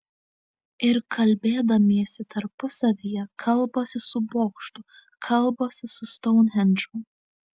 ir kalbėdamiesi tarpusavyje kalbasi su bokštu kalbasi su stounhendžu